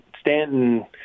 stanton